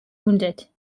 wounded